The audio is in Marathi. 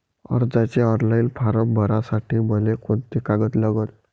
कर्जाचे ऑनलाईन फारम भरासाठी मले कोंते कागद लागन?